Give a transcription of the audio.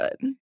good